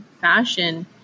fashion